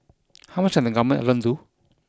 how much can the Government alone do